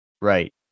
Right